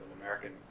American